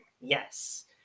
Yes